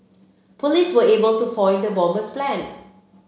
police were able to foil the bomber's plan